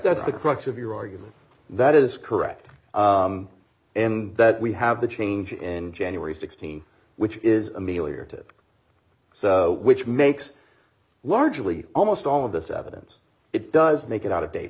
that's the crux of your argument that is correct and that we have the change in january th which is ameliorated so which makes largely almost all of this evidence it does make it out of date